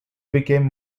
became